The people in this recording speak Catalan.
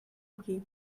aquí